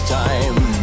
time